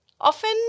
often